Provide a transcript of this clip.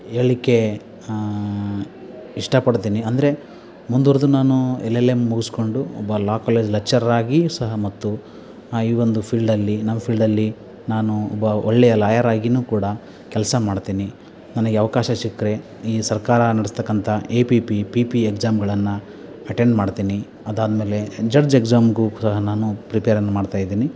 ಹೇಳ್ಲಿಕ್ಕೆ ಇಷ್ಟಪಡ್ತೀನಿ ಅಂದರೆ ಮುಂದುವರೆದು ನಾನು ಎಲ್ ಎಲ್ ಎಮ್ ಮುಗಿಸ್ಕೊಂಡು ಒಬ್ಬ ಲಾ ಕಾಲೇಜ್ ಲೆಕ್ಚರರಾಗಿ ಸಹ ಮತ್ತು ಈ ಒಂದು ಫೀಲ್ಡಲ್ಲಿ ನಮ್ಮ ಫೀಲ್ಡಲ್ಲಿ ನಾನು ಒಬ್ಬ ಒಳ್ಳೆಯ ಲಾಯರಾಗಿನು ಕೂಡ ಕೆಲಸ ಮಾಡ್ತೀನಿ ನನಗೆ ಅವಕಾಶ ಸಿಕ್ಕರೆ ಈ ಸರ್ಕಾರ ನಡೆಸ್ತಕ್ಕಂತ A P P P P A ಎಕ್ಸಾಮ್ಗಳನ್ನು ಅಟೆಂಡ್ ಮಾಡ್ತೀನಿ ಅದಾದಮೇಲೆ ಜಡ್ಜ್ ಎಕ್ಸಾಮ್ಗೂ ಸಹ ನಾನು ಪ್ರಿಪೇರನ್ನು ಮಾಡ್ತಾ ಇದ್ದೀನಿ